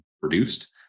produced